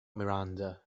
miranda